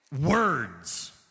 words